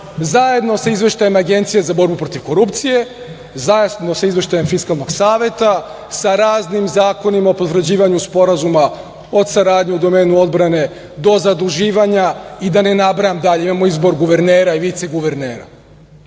zajedno sa Izveštajem Agencije za borbu protiv korupcije, zajedno sa Izveštajem Fiskalnog saveta, sa raznim zakonima o potvrđivanju sporazuma o saradnji u domenu odbrane do zaduživanja i da ne nabrajam dalje. Imamo izbor guvernera i viceguvernera. Ljudi,